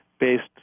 based